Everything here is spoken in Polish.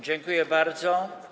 Dziękuję bardzo.